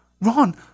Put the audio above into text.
Ron